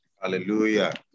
Hallelujah